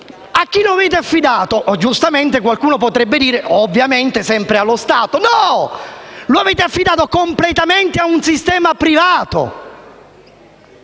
A chi lo avete affidato? Giustamente qualcuno potrebbe dire: ovviamente sempre allo Stato. No, lo avete affidato completamente ad un sistema privato;